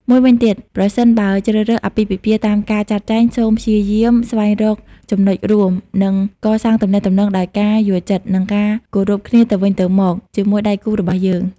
មួយវិញទៀត ប្រសិនបើជ្រើសរើសអាពាហ៍ពិពាហ៍តាមការចាត់ចែង សូមព្យាយាមស្វែងរកចំណុចរួម និងកសាងទំនាក់ទំនងដោយការយល់ចិត្ត និងការគោរពគ្នាទៅវិញទៅមកជាមួយដៃគូរបស់យើង។